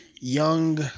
young